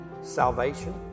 salvation